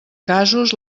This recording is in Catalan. casos